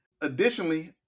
Additionally